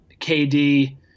KD